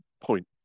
point